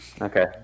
Okay